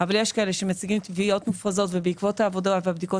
אבל יש כאלה שמציגים תביעות מופרזות ובעקבות העבודה והבדיקות